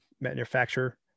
manufacturer